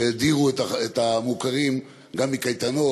שהדירו את המוכרים גם מקייטנות,